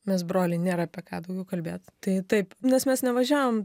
mes broliai nėra apie ką daugiau kalbėt tai taip nes mes nevažiavom